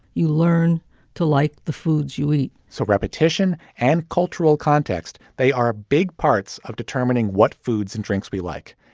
you learn to like the foods you eat so repetition and cultural context. they are ah big parts of determining what foods and drinks drinks we like.